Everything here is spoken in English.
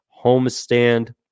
homestand